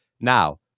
Now